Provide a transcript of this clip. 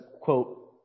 quote